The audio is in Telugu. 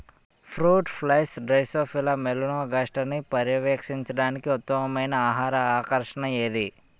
ఫ్రూట్ ఫ్లైస్ డ్రోసోఫిలా మెలనోగాస్టర్ని పర్యవేక్షించడానికి ఉత్తమమైన ఆహార ఆకర్షణ ఏది?